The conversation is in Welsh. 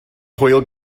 hwyl